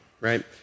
right